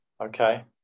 Okay